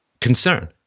concern